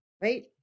right